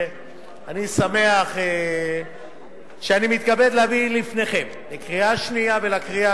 אני שמח שאני מתכבד להביא בפניכם לקריאה השנייה ולקריאה